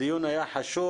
הדיון היה חשוב,